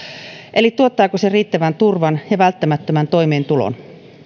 eli tuottaako se riittävän turvan ja välttämättömän toimeentulon